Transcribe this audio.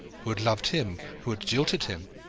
who had loved him, who had jilted him,